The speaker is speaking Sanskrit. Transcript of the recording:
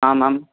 आम् आम्